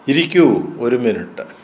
ഇരിക്കൂ ഒരു മിനിറ്റ്